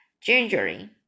gingerly